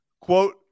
Quote